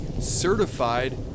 certified